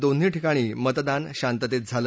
दोन्ही ठिकाणी मतदान शांततेत झालं